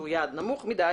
הוא יעד נמוך מדי